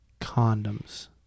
Condoms